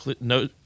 no